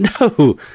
No